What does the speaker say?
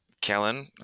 Kellen